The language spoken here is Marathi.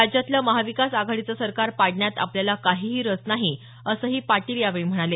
राज्यातलं महाविकास आघाडीचं सरकार पाडण्यात आपल्याला काहीही रस नाही असंही पाटील यावेळी म्हणाले